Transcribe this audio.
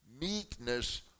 meekness